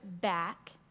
back